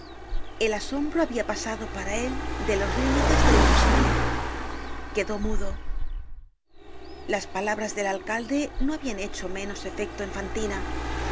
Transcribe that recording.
el asombro habia pasado para él de los límites de lo posible quedó mudo content from google book search generated at las palabras del alcalde no habian hecho menos efecto